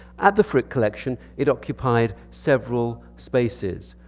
at the frick collection it occupied several spaces.